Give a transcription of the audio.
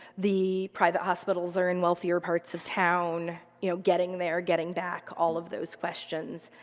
the private hospitals are in wealthier parts of town, you know, getting there, getting back all of those questions.